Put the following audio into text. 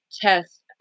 test